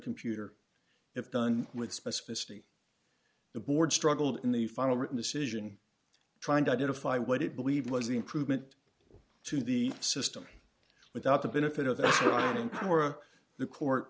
computer if done with specificity the board struggled in the final written decision trying to identify what it believed was the improvement to the system without the benefit of running or the court